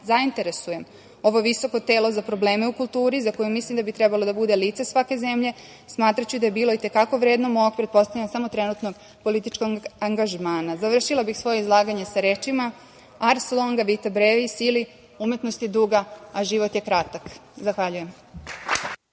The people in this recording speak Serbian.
zainteresujem ovo visoko telo za probleme u kulturi, za koju mislim da bi trebalo da bude lice svake zemlje, smatraću da je bilo i te kako vredno mog pretpostavljam samo trenutnog političkog angažmana. Završila bih svoje izlaganje sa rečima ars longa, vita brevis ili umetnost je duga, a život je kratak. Zahvaljujem.